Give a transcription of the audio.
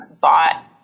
bought